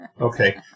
Okay